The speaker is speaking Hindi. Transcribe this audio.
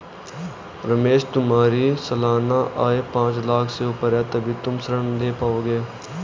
रमेश तुम्हारी सालाना आय पांच लाख़ से ऊपर है तभी तुम ऋण ले पाओगे